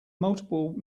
multiple